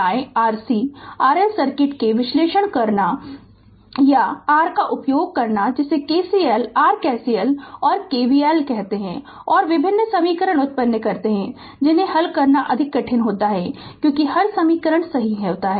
RC और RL circuit के विश्लेषण करनाr का उपयोग करना जिसे KCL rKCL और KVL कहते हैं और विभिन्न समीकरण उत्पन्न करते हैं जिन्हें हल करना अधिक कठिन होता है क्योंकि हर समीकरण सही होता है